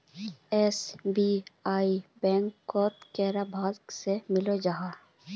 SBI bank से कैडा भागोत मिलोहो जाहा?